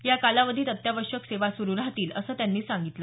या कालावधीत अत्यावश्यक सेवा सुरू राहतील असं त्यांनी सांगितलं